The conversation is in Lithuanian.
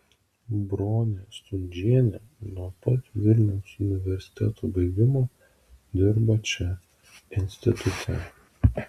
bronė stundžienė nuo pat vilniaus universiteto baigimo dirba čia institute